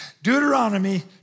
Deuteronomy